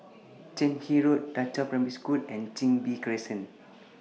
Cairnhill Road DA Qiao Primary School and Chin Bee Crescent